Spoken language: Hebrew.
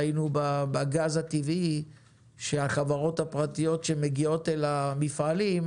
ראינו בגז הטבעי שהחברות הפרטיות שמגיעות אל המפעלים,